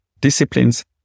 disciplines